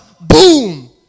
Boom